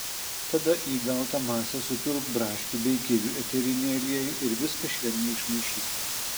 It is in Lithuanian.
tada į gautą masę supilk braškių bei kivių eterinį aliejų ir viską švelniai išmaišyk